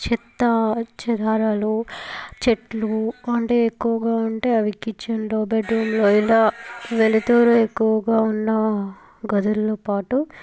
చెత్త చెదారాలు చెట్లు కంటే ఎక్కువగా ఉంటే అవి కిచెన్లో బెడ్రూంలో ఇలా వెలుతురు ఎక్కువగా ఉన్న గదుల్లో పాటు